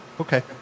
Okay